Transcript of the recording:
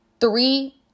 three